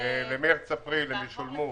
אגב, המענקים למרץ-אפריל ישולמו.